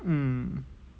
mm